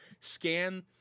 scan